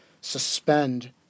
suspend